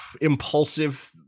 impulsive